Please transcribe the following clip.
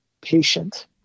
patient